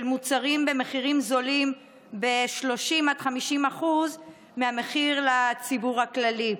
מוצרים במחירים זולים ב-30% 50% מהמחיר לציבור הכללי.